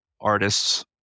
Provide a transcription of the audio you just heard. artists